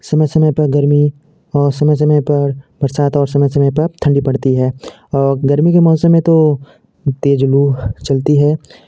समय समय पर गर्मी और समय समय पर बरसात और समय समय पर ठंडी पड़ती है और गर्मी के मौसम में तो तेज़ लू चलती है